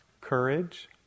courage